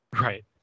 Right